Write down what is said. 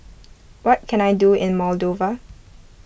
what can I do in Moldova